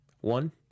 One